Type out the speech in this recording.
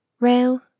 Rail